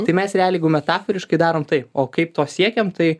tai mes realiai jeigu metaforiškai darom taip o kaip to siekiam tai